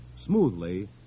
smoothly